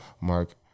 Mark